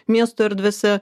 miesto erdvėse